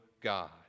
God